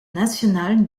national